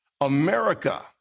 America